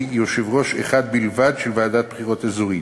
יושב-ראש אחד בלבד של ועדת בחירות אזורית,